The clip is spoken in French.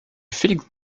félix